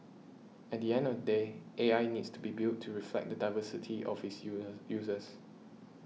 at the end of the day A I needs to be built to reflect the diversity of its users users